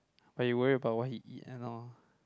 but you worry about what he eat and all